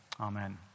Amen